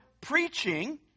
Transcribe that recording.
preaching